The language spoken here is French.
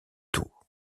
tours